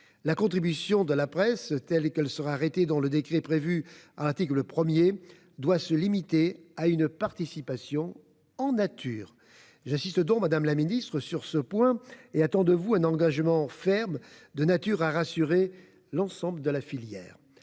La contribution de la presse, telle qu'elle sera arrêtée dans le décret prévu à l'article 1, doit se limiter à une participation en nature. J'insiste sur ce point, madame la secrétaire d'État, et j'attends de vous un engagement ferme, à même de rassurer l'ensemble de la filière.